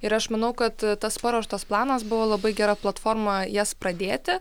ir aš manau kad tas paruoštas planas buvo labai gera platforma jas pradėti